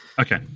Okay